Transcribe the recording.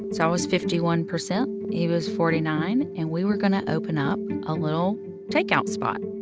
so i was fifty one percent. he was forty nine. and we were going to open up a little takeout spot.